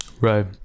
Right